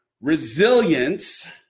resilience